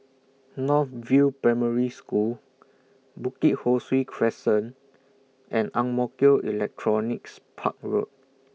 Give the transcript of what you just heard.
North View Primary School Bukit Ho Swee Crescent and Ang Mo Kio Electronics Park Road